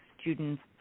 students